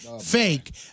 fake